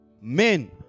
men